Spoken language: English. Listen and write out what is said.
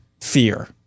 Fear